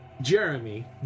Jeremy